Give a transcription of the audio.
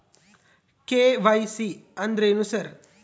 KYC ಅಂದ್ರೇನು sir?